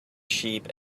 sheep